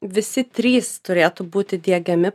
visi trys turėtų būti diegiami